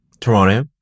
Toronto